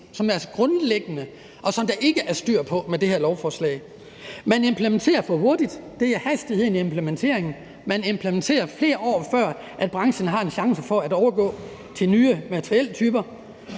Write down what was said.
som altså er grundlæggende, og som der ikke er styr på med det her lovforslag. Man implementerer for hurtigt, det handler altså om hastigheden i implementeringen; man implementerer, flere år før branchen har en chance for at overgå til nye materieltyper.